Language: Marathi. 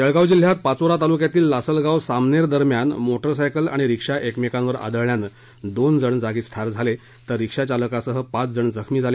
जळगाव जिल्ह्यात पाचोरा तालुक्यातील लासलगाव सामनेर दरम्यान मोटारसायकल आणि रिक्षा एकमेकांवर आदळल्यानं दोन जण जागीच ठार झाले तर रिक्षा चालकासह पाच जण जखमी झाले